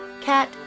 Cat